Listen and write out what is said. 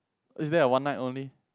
is there a one night only